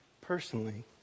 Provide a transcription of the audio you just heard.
personally